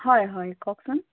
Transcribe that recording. হয় হয় কওকচোন